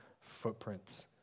footprints